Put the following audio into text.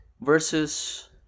versus